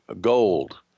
gold